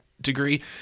degree